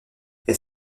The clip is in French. elle